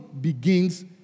begins